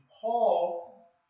Paul